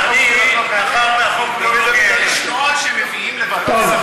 אני, מאחר שהחוק, יש נוהל שמביאים לוועדת שרים?